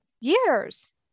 years